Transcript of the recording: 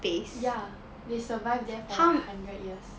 ya they survive there for hundred years